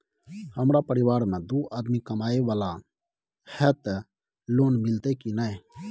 हमरा परिवार में दू आदमी कमाए वाला हे ते लोन मिलते की ने?